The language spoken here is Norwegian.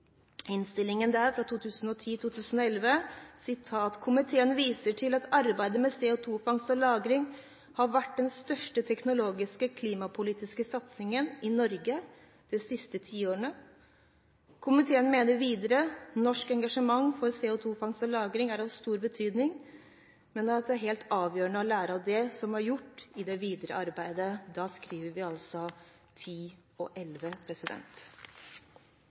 innstillingen: «Komiteen viser til at arbeidet med CO2-fangst og -lagring har vært den største teknologiske klimapolitiske satsingen i Norge det siste tiåret. Komiteen mener videre norsk engasjement for CO2-fangst og -lagring er av stor betydning, men at det er helt avgjørende å lære av det som er gjort i det videre arbeidet.» Det er nok litt på denne bakgrunn jeg leser innstillingen. Et flertall i kontroll- og